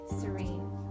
serene